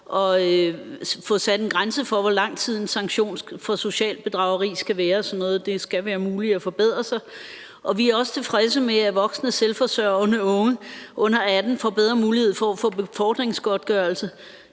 at få sat en grænse for, hvor lang tid en sanktion for socialt bedrageri skal være, og at det skal være muligt at forbedre sig. Og vi er også tilfredse med, at voksne selvforsørgende og unge under 18 år får bedre mulighed for at få befordringsgodtgørelse